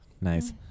Nice